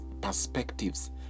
perspectives